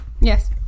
Yes